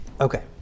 Okay